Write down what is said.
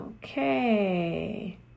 Okay